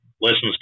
listens